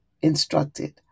instructed